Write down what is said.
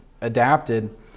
adapted